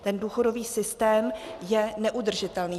Ten důchodový systém je neudržitelný.